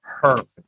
Perfect